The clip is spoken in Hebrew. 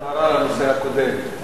הבהרה לנושא הקודם.